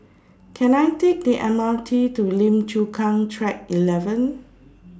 Can I Take The M R T to Lim Chu Kang Track eleven